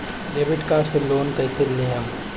Debit card से loan कईसे लेहम?